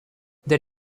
they